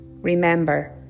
Remember